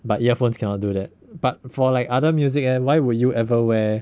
but earphones cannot do that but for like other music eh why were you ever wear